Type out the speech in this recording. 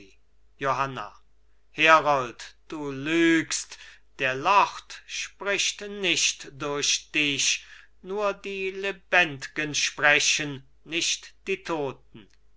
johanna herold du lügst der lord spricht nicht durch dich nur die lebendgen sprechen nicht die toten